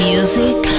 Music